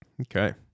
okay